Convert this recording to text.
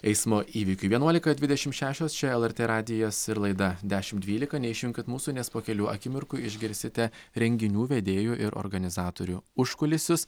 eismo įvykiui vienuolika dvidešim šešios čia lrt radijas ir laida dešim dvylika neišjunkit mūsų nes po kelių akimirkų išgirsite renginių vedėjų ir organizatorių užkulisius